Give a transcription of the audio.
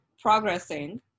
progressing